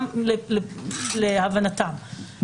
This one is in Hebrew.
גם להבנתה.